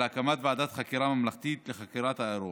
על הקמת ועדת חקירה ממלכתית לחקירת האירוע.